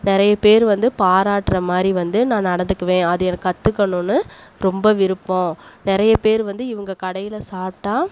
நிறைய பேர் வந்து பாராட்டுகிறமாரி வந்து நான் நடந்துக்குவேன் அது எனக்கு கத்துக்கணும்னு ரொம்ப விருப்பம் நிறைய பேர் வந்து இவங்க கடையில் சாப்பிடா